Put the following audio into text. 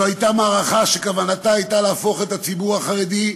זו הייתה מערכה שכוונתה הייתה להפוך את הציבור החרדי,